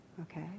okay